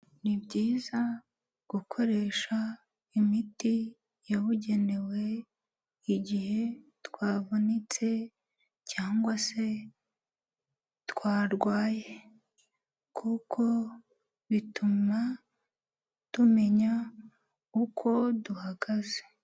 Ni byizayiza gukoresha imiti yabugenewe igihe twavunitse cyangwa se twarwaye kuko bituma tumenya uko duhagaze.